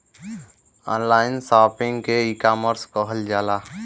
online shopping के ecommerce कहल जाला